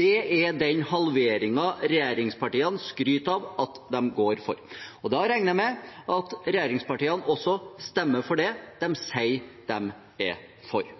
Det er den halveringen regjeringspartiene skryter av at de går for. Og da regner jeg med at regjeringspartiene også stemmer for det de sier de er for.